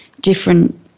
different